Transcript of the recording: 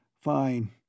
Fine